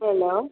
hello